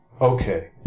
okay